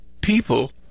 people